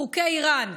חוקי איראן,